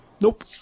Nope